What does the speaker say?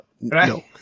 No